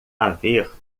haver